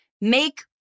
make